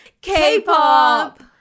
K-pop